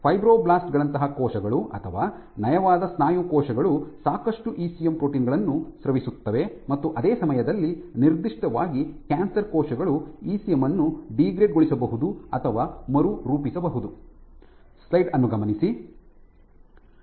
fibroblast ಗಳಂತಹ ಕೋಶಗಳು ಅಥವಾ ನಯವಾದ ಸ್ನಾಯು ಕೋಶಗಳು ಸಾಕಷ್ಟು ಇಸಿಎಂ ಪ್ರೋಟೀನ್ ಗಳನ್ನು ಸ್ರವಿಸುತ್ತವೆ ಮತ್ತು ಅದೇ ಸಮಯದಲ್ಲಿ ನಿರ್ದಿಷ್ಟವಾಗಿ ಕ್ಯಾನ್ಸರ್ ಕೋಶಗಳು ಇಸಿಎಂ ಅನ್ನು ಡೀಗ್ರೇಡ್ ಗೊಳಿಸಬಹುದು ಅಥವಾ ಮರುರೂಪಿಸಬಹುದು